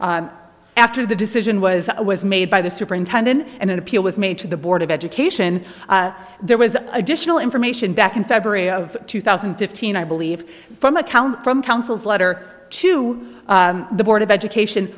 after the decision was was made by the superintendent and an appeal was made to the board of education there was additional information back in february of two thousand and fifteen i believe from account from counsel's letter to the board of education